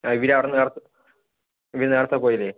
ഇവരവിടുന്ന് നേരത്തെ നേരത്തെ പോയില്ലേ